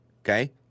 Okay